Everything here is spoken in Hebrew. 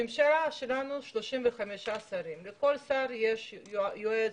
הממשלה שלנו עם 35 שרים ולכל שר יש יועץ,